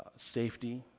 safety,